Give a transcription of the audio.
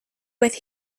with